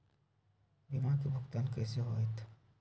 बीमा के भुगतान कैसे होतइ?